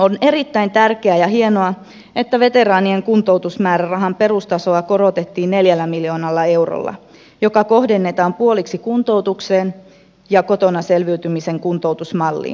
on erittäin tärkeää ja hienoa että veteraanien kuntoutusmäärärahan perustasoa korotettiin neljällä miljoonalla eurolla joka kohdennetaan puoliksi kuntoutukseen ja kotona selviytymisen kuntoutusmalliin